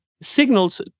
signals